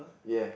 ya